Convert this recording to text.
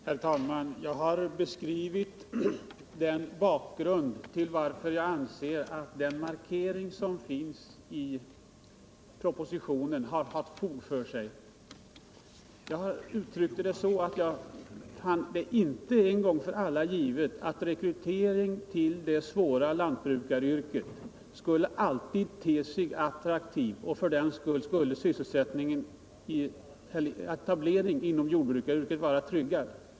Herr talman! Jag har beskrivit bakgrunden till varför jag anser att den markering som finns i propositionen har fog för sig. Jag uttryckte det så, att det inte en gång för alla är givet att rekryteringen till det svåra lantbrukaryrket alltid ter sig attraktiv och att för den skull etableringen inom jordbrukaryrket skulle vara tryggad.